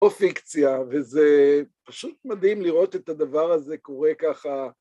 או פיקציה, וזה פשוט מדהים לראות את הדבר הזה קורה ככה.